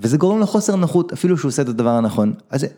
וזה גורם לחוסר נחות אפילו כשהוא עושה את הדבר הנכון הזה